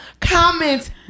comments